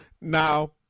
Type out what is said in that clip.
Now